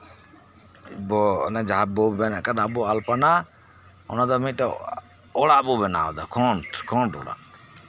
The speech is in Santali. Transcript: ᱡᱟᱦᱟᱸ ᱵᱚᱱ ᱢᱮᱱᱮᱫ ᱟᱵᱚ ᱟᱞᱯᱚᱱᱟ ᱚᱱᱟ ᱫᱚ ᱢᱤᱫᱴᱮᱡ ᱚᱲᱟᱜ ᱵᱚᱱ ᱵᱮᱱᱟᱣᱫᱟ ᱠᱷᱚᱱᱰ ᱚᱲᱟᱜ